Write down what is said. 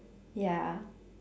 ya